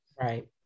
Right